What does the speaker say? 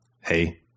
hey